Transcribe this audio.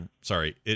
Sorry